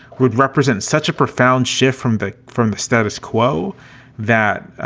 would represent such a profound shift from the from the status quo that,